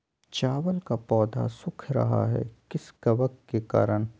चावल का पौधा सुख रहा है किस कबक के करण?